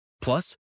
Plus